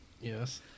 Yes